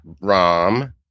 Rom